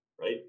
right